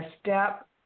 step